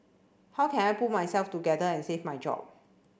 how can I pull myself together and save my job